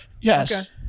yes